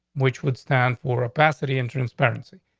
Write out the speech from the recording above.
which would stand for a pass it ian transparency.